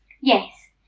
Yes